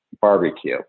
barbecue